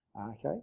Okay